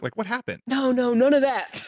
like what happened? no, no, none of that!